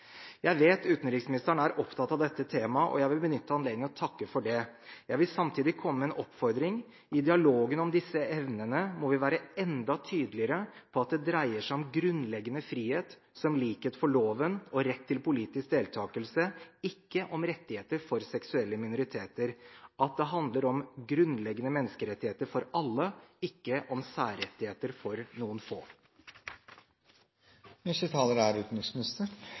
Jeg vet at utenriksministeren er opptatt av dette temaet, og jeg vil benytte anledningen til å takke for det. Jeg vil samtidig komme med en oppfordring. I dialogen om disse emnene må vi være enda tydeligere på at det dreier seg om grunnleggende frihet, som likhet for loven og rett til politisk deltakelse, ikke om rettigheter for seksuelle minoriteter – at det handler om grunnleggende menneskerettigheter for alle, ikke om særrettigheter for noen